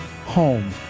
home